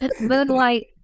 Moonlight